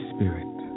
Spirit